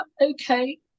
okay